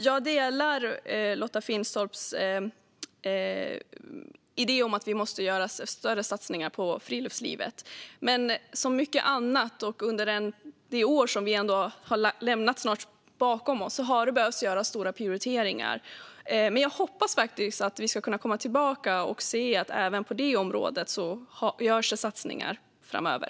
Jag delar Lotta Finstorps idé om att vi måste göra större satsningar på friluftslivet, men under det år som vi snart har lämnat bakom oss har det behövt göras stora prioriteringar. Jag hoppas att vi ska kunna komma tillbaka och se att det även på detta område görs satsningar framöver.